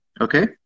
Okay